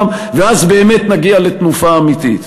ואז באמת נגיע לתנופה אמיתית.